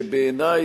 שבעיני,